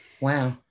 Wow